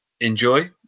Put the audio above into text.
enjoy